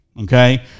okay